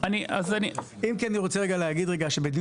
אז אני --- אם כי אני רוצה רגע להגיד רגע שבדיון